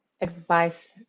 advice